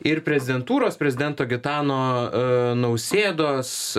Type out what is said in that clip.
ir prezidentūros prezidento gitano nausėdos